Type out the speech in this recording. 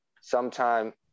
sometime